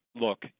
look